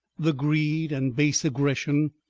the greed and base aggression,